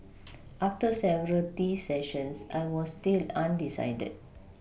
after several tea sessions I was still undecided